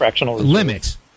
limits